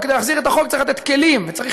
וכדי להחזיר את החוק צריך לתת כלים וצריך